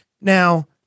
now